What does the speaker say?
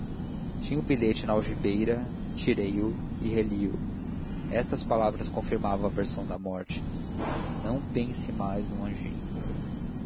tinha o bilhete na algibeira tirei o e reli o estas palavras confirmavam a versão da morte não pense mais no anjinho